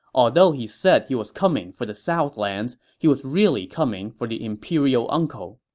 although he said he was coming for the southlands, he was really coming for the imperial uncle.